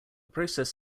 process